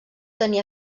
tenir